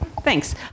Thanks